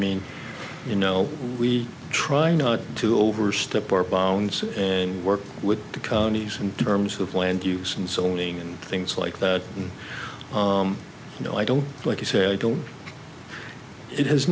mean you know we try not to overstep our bones and work with the counties in terms of land use and sewing and things like that you know i don't like to say i don't it has